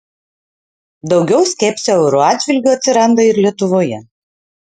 daugiau skepsio euro atžvilgiu atsiranda ir lietuvoje